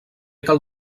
cal